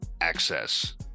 access